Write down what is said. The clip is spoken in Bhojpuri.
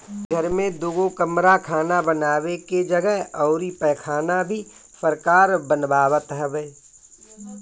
इ घर में दुगो कमरा खाना बानवे के जगह अउरी पैखाना भी सरकार बनवावत हवे